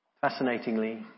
Fascinatingly